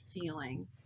feeling